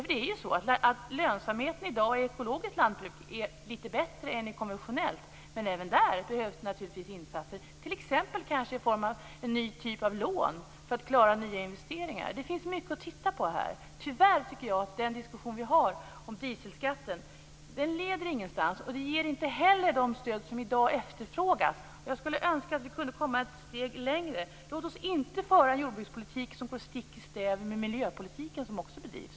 I dag är lönsamheten i ekologiskt lantbruk lite bättre än i det konventionella, men även där behöver det naturligtvis göras insatser, t.ex. kanske i form av en ny typ av lån för att klara nya investeringar. Det finns här mycket att titta på. Jag tycker att den diskussion som förs om dieselskatten tyvärr inte leder någonstans. Den ger inte heller det stöd som i dag efterfrågas. Jag skulle önska att vi kunde komma ett steg längre. Låt oss inte föra en jordbrukspolitik som går stick i stäv mot den miljöpolitik som förs.